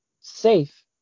safe